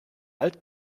alt